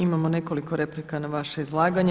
Imamo nekoliko replika na vaše izlaganje.